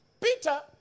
Peter